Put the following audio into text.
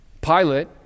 Pilate